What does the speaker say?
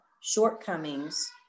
shortcomings